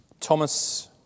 Thomas